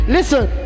Listen